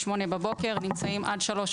8:00 בבוקר ונמצאים עד 15:00,